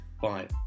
five